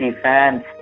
fans